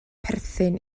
perthyn